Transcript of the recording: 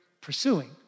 pursuing